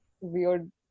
weird